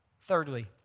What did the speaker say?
Thirdly